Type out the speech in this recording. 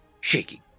shaking